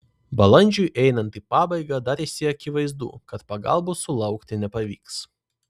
balandžiui einant į pabaigą darėsi akivaizdu kad pagalbos sulaukti nepavyks